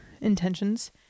intentions